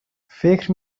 فکر